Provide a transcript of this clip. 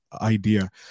idea